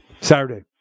Saturday